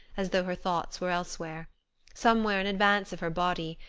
as though her thoughts were elsewhere somewhere in advance of her body,